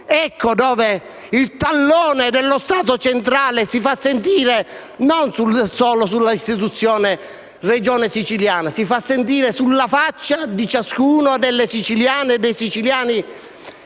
qui che il tallone dello Stato centrale si fa sentire non solo sull'istituzione Regione siciliana, ma sulla faccia delle siciliane e dei siciliani